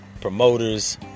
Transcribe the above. promoters